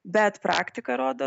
bet praktika rodo